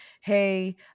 Hey